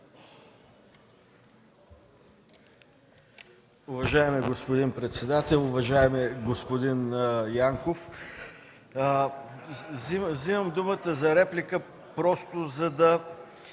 Уважаеми господин председател, уважаеми господин Янков! Вземам думата за реплика, просто за да